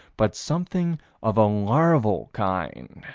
but something of a larval kind